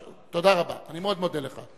תודה רבה, אני מאוד מודה לך.